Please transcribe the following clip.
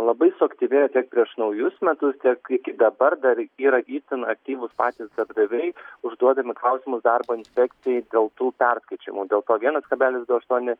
labai suaktyvėjo tiek prieš naujus metus tiek iki dabar dar yra itin aktyvūs patys darbdaviai užduodami klausimus darbo inspekcijai dėl tų perskaičiavimų dėl to vienas kablelis du aštuoni